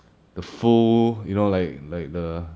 the full you know like like the